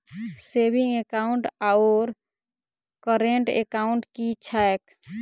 Saving account आओर current account की छैक?